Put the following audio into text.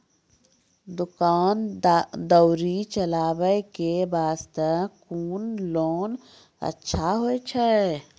दुकान दौरी चलाबे के बास्ते कुन लोन अच्छा होय छै?